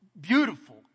beautiful